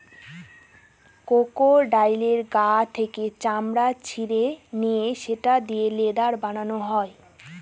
ক্রোকোডাইলের গা থেকে চামড়া ছিলে নিয়ে সেটা দিয়ে লেদার বানানো হয়